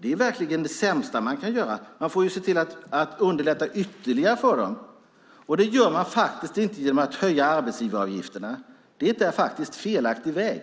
Det är verkligen det sämsta man kan göra. Man måste se till att underlätta ytterligare för dem, och det gör man faktiskt inte genom att höja arbetsgivaravgifterna. Det är en felaktig väg.